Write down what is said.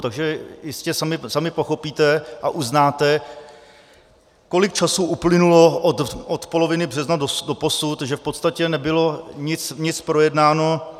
Takže jistě sami pochopíte a uznáte, kolik času uplynulo od poloviny března doposud, že v podstatě nebylo nic projednáno.